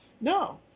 no